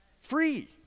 Free